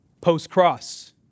post-cross